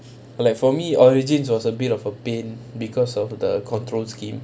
like for me origins was a bit of a pain because of the controlled scheme